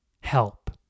help